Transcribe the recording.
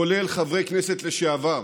כולל חברי כנסת לשעבר,